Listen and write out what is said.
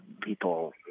people